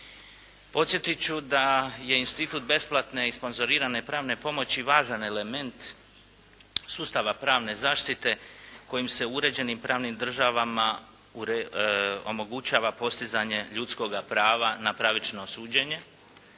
Podsjetit ću da je institut besplatne i sponzorirane pravne pomoći važan element sustava pravne zaštite kojim se uređenim pravnim državama omogućava postizanje ljudskoga prava na pravično suđenje,